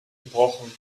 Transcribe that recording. gebrochen